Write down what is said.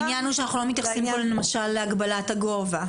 העניין הוא שאנחנו לא מתייחסים כאן למשל להגבלת הגובה.